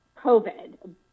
COVID